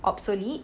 obsolete